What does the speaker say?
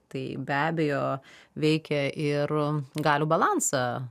tai be abejo veikia ir galių balansą